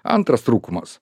antras trūkumas